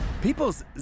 People's